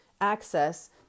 access